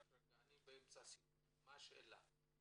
מה השאלה?